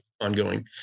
ongoing